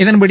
இதன்படி